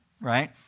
right